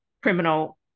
criminal